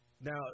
Now